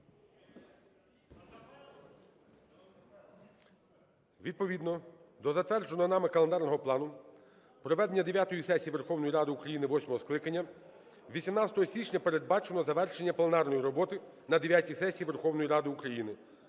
Відповідно до затвердженого нами календарного плану проведення дев'ятої сесії Верховної Ради України восьмого скликання 18 січня передбачено завершення пленарної роботи на дев'ятій сесії Верховної Ради України.